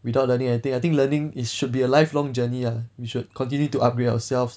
without learning anything I think learning is should be a lifelong journey ah we should continue to upgrade ourselves